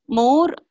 more